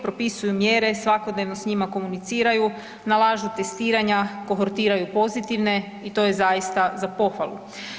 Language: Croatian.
Propisuju mjere, svakodnevno s njima komuniciraju, nalažu testiranja, kohortiraju pozitivne i to je zaista za pohvalu.